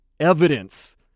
evidence